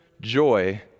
joy